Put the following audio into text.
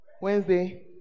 Wednesday